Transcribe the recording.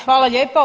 Hvala lijepa.